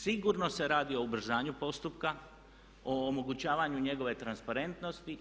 Sigurno radi o ubrzanju postupka, o omogućavanju njegove transparentnosti.